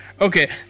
Okay